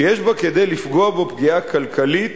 שיש בה כדי לפגוע בו פגיעה כלכלית,